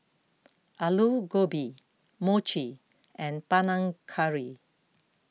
Alu Gobi Mochi and Panang Curry